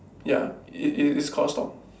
ya it it is called stalk